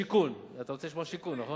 שיכון, אתה רוצה לשמוע שיכון, נכון?